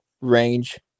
range